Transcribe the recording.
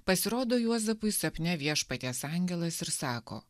pasirodo juozapui sapne viešpaties angelas ir sako